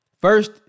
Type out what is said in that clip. First